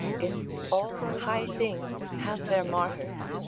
if all high things have their martyrs,